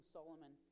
Solomon